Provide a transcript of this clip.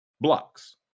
blocks